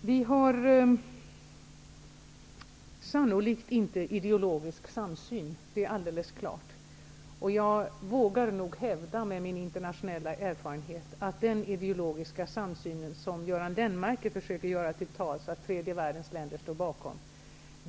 Det är alldeles klart att vi inte har en ideologisk samsyn, och jag vågar nog med min internationella erfarenhet säga att den ideologiska samsyn som Göran Lennmarker försöker föra till torgs att tredje världen skulle stå bakom